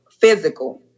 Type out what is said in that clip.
physical